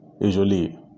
usually